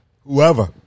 whoever